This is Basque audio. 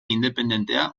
independentea